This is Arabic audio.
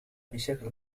بشكل